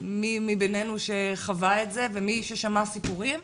מי מביננו שחווה את זה ומי ששמע סיפורים,